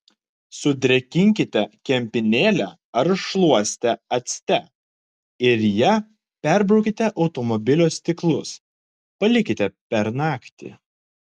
sudrėkinkite kempinėlę ar šluostę acte ir ja perbraukite automobilio stiklus palikite per naktį